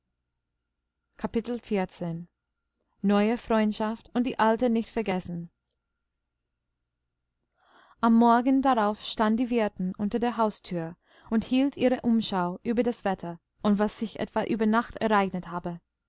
neue freundschaft und die alte nicht vergessen am morgen darauf stand die wirtin unter der haustür und hielt ihre umschau über das wetter und was sich etwa über nacht ereignet habe